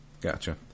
gotcha